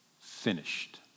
finished